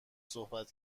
صحبت